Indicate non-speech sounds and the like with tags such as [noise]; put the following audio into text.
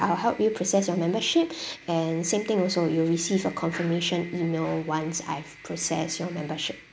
I will help you process your membership [breath] and same thing also you will receive a confirmation email once I've processed your membership